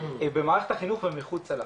במערכת החינוך ומחוצה לה?